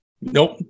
Nope